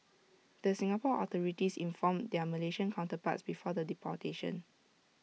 the Singapore authorities informed their Malaysian counterparts before the deportation